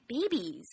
babies